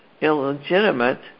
illegitimate